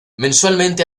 mensualmente